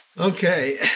Okay